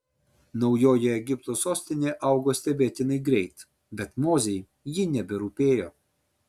naujoji egipto sostinė augo stebėtinai greit bet mozei ji neberūpėjo